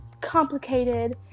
complicated